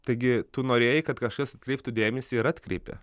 taigi tu norėjai kad kažkas atkreiptų dėmesį ir atkreipė